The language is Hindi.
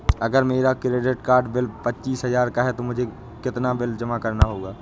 अगर मेरा क्रेडिट कार्ड बिल पच्चीस हजार का है तो मुझे कितना बिल जमा करना चाहिए?